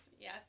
yes